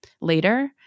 later